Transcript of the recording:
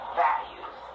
values